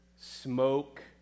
smoke